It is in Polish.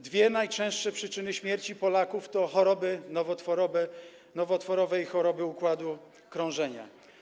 Dwie najczęstsze przyczyny śmierci Polaków to choroby nowotworowe i choroby układu krążenia.